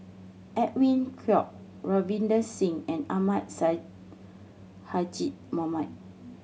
Edwin Koek Ravinder Singh and Ahmad Sonhadji Mohamad